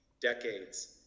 decades